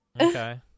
Okay